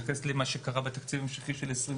מתייחסים למה שקרה בתקציב ההמשכי של 2021?